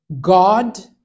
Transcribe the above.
God